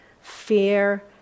fear